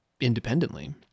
independently